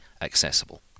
accessible